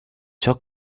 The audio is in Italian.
ciò